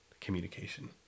communication